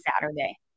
Saturday